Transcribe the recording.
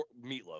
meatloaf